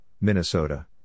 Minnesota